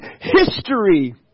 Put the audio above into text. history